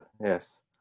Yes